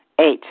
Eight